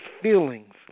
feelings